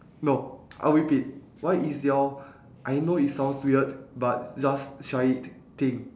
no I'll repeat what is your I know it sounds weird but just try it thing